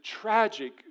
tragic